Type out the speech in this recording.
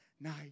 night